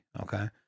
Okay